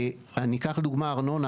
אני אקח לדוגמא ארנונה.